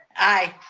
aye.